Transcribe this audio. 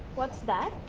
what is that?